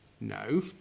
no